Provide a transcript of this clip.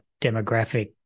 demographic